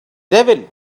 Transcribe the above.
devil